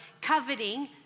coveting